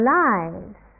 lives